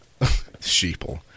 Sheeple